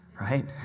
right